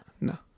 No